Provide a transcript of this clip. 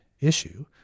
issue